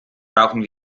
brauchen